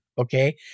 okay